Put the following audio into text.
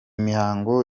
mihango